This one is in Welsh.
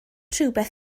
rhywbeth